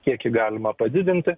kiekį galima padidinti